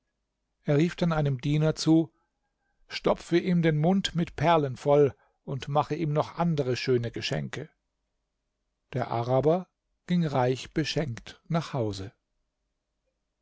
er rief dann einem diener zu stopfe ihm den mund mit perlen voll und mache ihm noch andere schöne geschenke der araber ging reich beschenkt nach hause